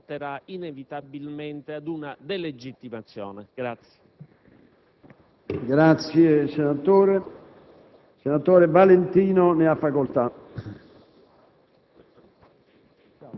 allora rendere conto che, nella migliore delle ipotesi, c'è una ritrosia culturale nei confronti del nuovo, nella più realistica delle ipotesi, una assoluta chiusura contro